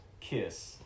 kiss